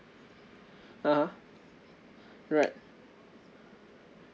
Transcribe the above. (uh huh) alright